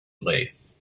lace